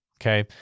Okay